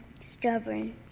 Stubborn